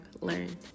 learned